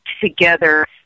together